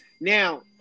Now